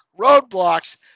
roadblocks